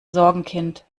sorgenkind